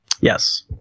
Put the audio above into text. Yes